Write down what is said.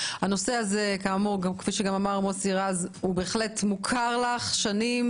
הנושא הזה בהחלט מוכר לך שנים.